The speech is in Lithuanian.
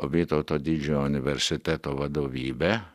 vytauto didžiojo universiteto vadovybė